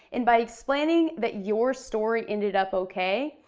and by explaining that your story ended up okay,